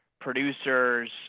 producers